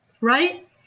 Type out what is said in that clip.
right